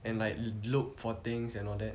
and like look for things and all that